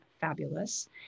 fabulous